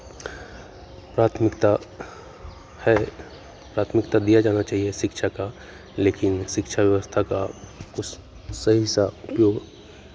प्राथमिकता है प्राथमिकता दिया जाना चाहिए शिक्षा का लेकिन शिक्षा व्यवस्था का कुछ सही सा उपयोग